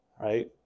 Right